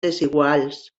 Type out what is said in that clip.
desiguals